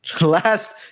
last